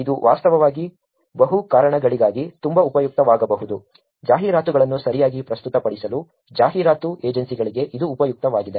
ಇದು ವಾಸ್ತವವಾಗಿ ಬಹು ಕಾರಣಗಳಿಗಾಗಿ ತುಂಬಾ ಉಪಯುಕ್ತವಾಗಬಹುದು ಜಾಹೀರಾತುಗಳನ್ನು ಸರಿಯಾಗಿ ಪ್ರಸ್ತುತಪಡಿಸಲು ಜಾಹೀರಾತು ಏಜೆನ್ಸಿಗಳಿಗೆ ಇದು ಉಪಯುಕ್ತವಾಗಿದೆ